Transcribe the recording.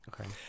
Okay